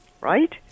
Right